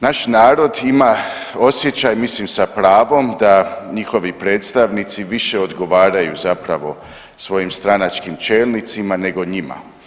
Naš narod ima osjećaj, mislim sa pravom da njihovi predstavnici više odgovaraju zapravo svojim stranačkim čelnicima nego njima.